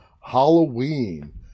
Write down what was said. Halloween